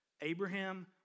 Abraham